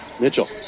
Mitchell